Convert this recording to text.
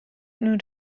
non